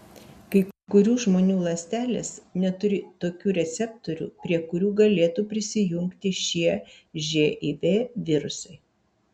kai kurių žmonių ląstelės neturi tokių receptorių prie kurių galėtų prisijungti šie živ virusai